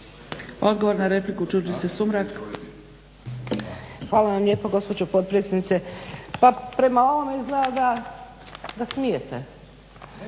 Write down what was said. **Sumrak, Đurđica (HDZ)** Hvala vam lijepa gospođo potpredsjednice. Pa prema ovome izgleda da smijete,